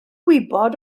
gwybod